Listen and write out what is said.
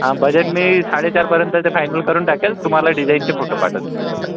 हा बजेट मी साडेचारपर्यंतचं फायनल करून टाकेल तुम्हाला डिझाइनचे फोटो पाठवून देतो चला